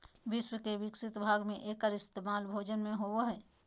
विश्व के विकसित भाग में एकर इस्तेमाल भोजन में होबो हइ